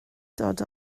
dod